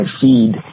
feed